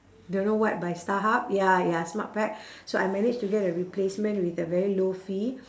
don't know what by Starhub ya ya SmartPac so I managed to get a replacement with a very low fee